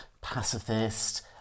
pacifist